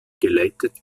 geleitet